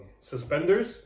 suspenders